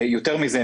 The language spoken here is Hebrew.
יותר מזה,